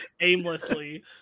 aimlessly